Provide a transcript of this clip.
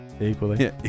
Equally